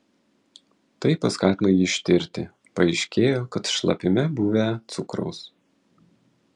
tai paskatino jį ištirti paaiškėjo kad šlapime buvę cukraus